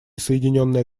соединенное